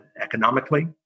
economically